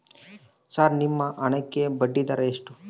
Sir ನಿಮ್ಮ ಹಣಕ್ಕೆ ಬಡ್ಡಿದರ ಎಷ್ಟು?